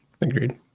Agreed